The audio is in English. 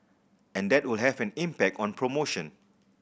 and that will have an impact on promotion